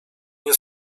nie